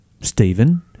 Stephen